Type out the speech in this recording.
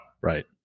right